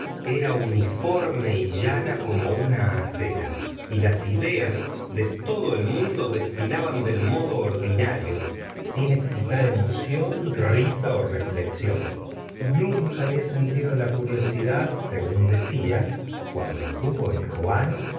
era uniforme y llana como una acera y las ideas de todo el mundo desfilaban del modo ordinario sin excitar emoción risa reflexión nunca había tenido la curiosidad según decía cuando estuvo en rouen